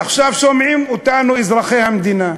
עכשיו שומעים אותנו אזרחי המדינה.